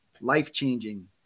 life-changing